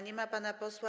Nie ma pana posła.